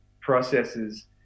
processes